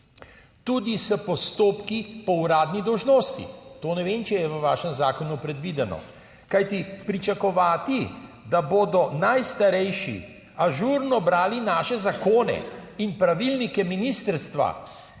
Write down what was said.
tudi s postopki po uradni dolžnosti to ne vem, če je v vašem zakonu predvideno, kajti pričakovati, da bodo najstarejši ažurno brali naše zakone, **16. TRAK: